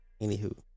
Anywho